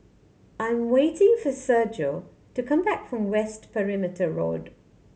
I'm waiting for Sergio to come back from West Perimeter Road